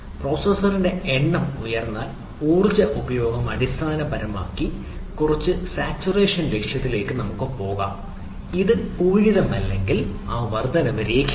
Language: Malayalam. പ്രോസസറിന്റെ എണ്ണം ഉയർന്നാൽ ഊർജ്ജ ഉപഭോഗം അടിസ്ഥാനപരമായി കുറച്ച് സാച്ചുറേഷൻ ലക്ഷ്യത്തിലേക്ക് പോകുന്നു അത് പൂരിതമല്ലെങ്കിൽ വർദ്ധനവ് രേഖീയമല്ല